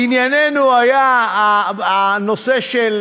ענייננו היה הנושא של